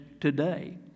today